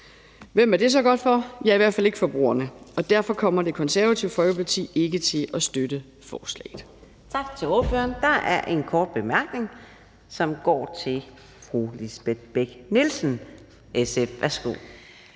Hvem er det så godt for? Ja, i hvert fald ikke forbrugerne. Derfor kommer Det Konservative Folkeparti ikke til at støtte forslaget.